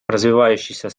развивающиеся